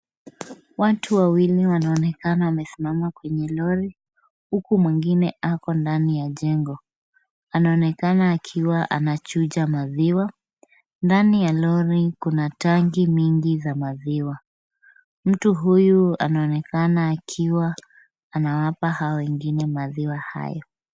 Watu wawili wanaonekana wamesimama kwenye lori, huku mwingine ako ndani ya jengo. Anaonekana akiwa anachuja maziwa. Ndani ya lori kuna tangi mingi za maziwa. Mtu huyu anaonekana akiwa anawapa hao wengine maziwa hayo.